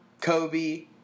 Kobe